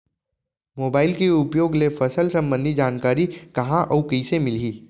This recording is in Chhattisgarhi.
मोबाइल के उपयोग ले फसल सम्बन्धी जानकारी कहाँ अऊ कइसे मिलही?